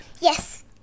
Yes